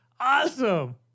Awesome